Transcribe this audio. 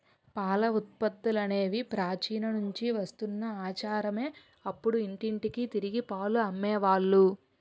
పాల ఉత్పత్తులనేవి ప్రాచీన నుంచి వస్తున్న ఆచారమే అప్పుడు ఇంటింటికి తిరిగి పాలు అమ్మే వాళ్ళు